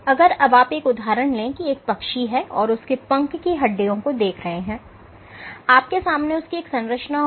अगर अब आप एक उदाहरण ले कि एक पक्षी है और उसके पंख की हड्डियों को देख रहे हैं आपके सामने उसकी एक संरचना होगी